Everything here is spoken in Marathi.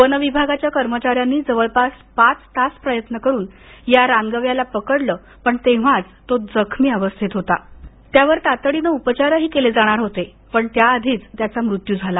वन विभागाच्या कर्मचाऱ्यांनी जवळपास पाच तास प्रयत्न करून या रानगव्याला पकडलं पण तेव्हा तो जखमी अवस्थेतच होता त्यावर तातडीनं उपचार केले जाणार होते पण त्या आधीच त्याचा मृत्यू झाला